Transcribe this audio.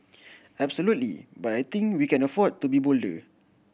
absolutely but I think we can afford to be bolder